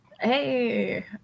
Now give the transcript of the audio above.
Hey